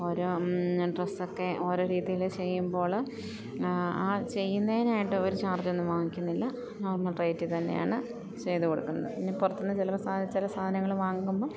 ഓരോ ഡ്രസ്സൊക്കെ ഓരോ രീതിയിൽ ചെയ്യുമ്പോൾ ആ ചെയ്യുന്നതിനായിട്ട് ഒരു ചാർജ്ജൊന്നും വാങ്ങിക്കുന്നില്ല നോർമൽ റേറ്റി തന്നെയാണ് ചെയ്ത് കൊടുക്കുന്നത് പിന്നെ പുറത്തെന്ന് ചിലപ്പം ചില സാധനങ്ങൾ വാങ്ങുമ്പം